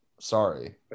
Sorry